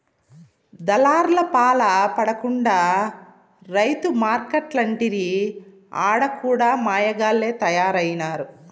దళార్లపాల పడకుండా రైతు మార్కెట్లంటిరి ఆడ కూడా మాయగాల్లె తయారైనారు